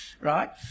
right